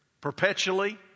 perpetually